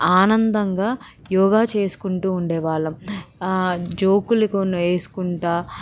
ఆనందంగా యోగా చేసుకుంటూ ఉండేవాళ్ళం జోకులు కొన్ని వేసుకుంటా